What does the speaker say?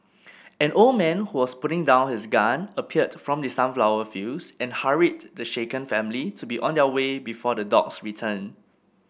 an old man who was putting down his gun appeared from the sunflower fields and hurried the shaken family to be on their way before the dogs return